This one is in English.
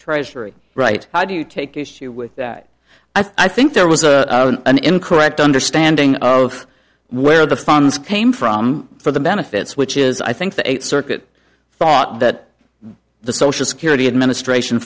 treasury right now do you take issue with that i think there was a an incorrect understanding of where the funds came from for the benefits which is i think the eighth circuit thought that the social security administration